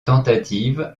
tentatives